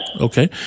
Okay